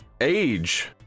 age